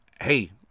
hey